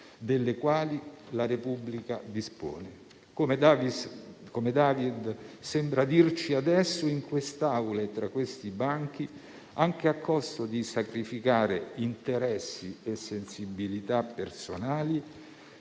di cui la Repubblica dispone - come David sembra dirci adesso, in quest'Aula e tra questi banchi - anche a costo di sacrificare interessi e sensibilità personali